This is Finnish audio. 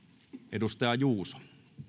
edustaja juuso